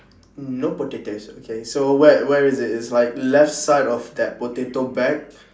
no potatoes okay so where where is it it's like left side of that potato bag